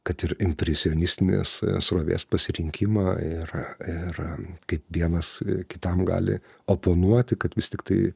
kad ir impresionistinės srovės pasirinkimą ir ir kaip vienas kitam gali oponuoti kad vis tiktai